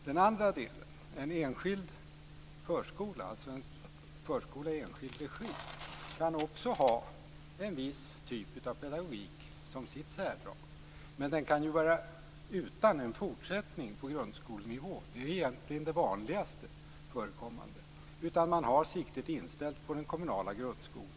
Den andra delen gäller en förskola i enskild regi. Den kan ha en viss typ av pedagogik som särdrag, men den kan stå utan en fortsättning på grundskolenivå. Det är egentligen det vanligast förekommande. Man har i stället siktet inställt på den kommunala grundskolan.